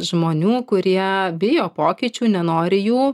žmonių kurie bijo pokyčių nenori jų